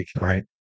right